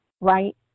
right